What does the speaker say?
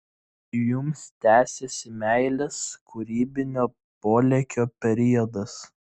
jums tęsiasi meilės kūrybinio polėkio periodas